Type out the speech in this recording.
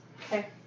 Okay